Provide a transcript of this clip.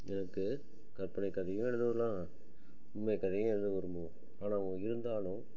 எனக்கு கற்பனை கதையும் எழுத வரலாம் உண்மை கதையும் எழுத வருமோ ஆனால் இருந்தாலும்